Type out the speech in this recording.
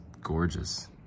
gorgeous